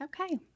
Okay